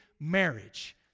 marriage